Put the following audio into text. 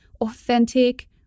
authentic